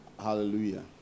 hallelujah